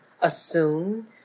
assume